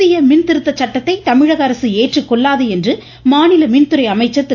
புதிய மின்திருத்த சட்டத்தை தமிழக அரசு ஏற்றுக்கொள்ளாது என்று மாநில மின்துறை அமைச்சர் திரு